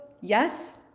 yes